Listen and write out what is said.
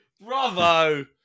bravo